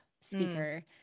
speaker